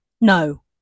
No